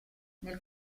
nel